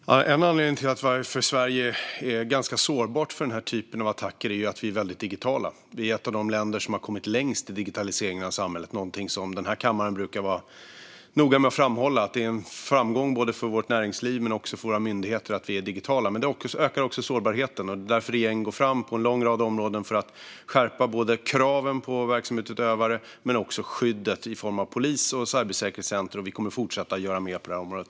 Fru talman! En anledning till att Sverige är ganska sårbart för den här typen av attacker är att vi är väldigt digitala. Vi är ett av de länder som har kommit längst i digitaliseringen av samhället - någonting som den här kammaren brukar vara noga med att framhålla då det är en framgång både för vårt näringsliv och för våra myndigheter. Men det ökar också sårbarheten, och det är därför regeringen går fram på en lång rad områden för att skärpa både kraven på verksamhetsutövare och skyddet i form av polis och ett cybersäkerhetscenter. Vi kommer att fortsätta göra mer på det här området.